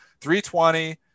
320